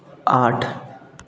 आठ